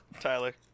Tyler